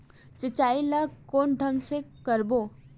सिंचाई ल कोन ढंग से करबो?